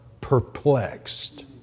perplexed